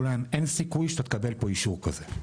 להם: "אין סיכוי שאתה תקבל פה אישור כזה.